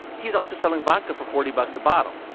he's also selling vodka for forty bucks a bottle.